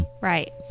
Right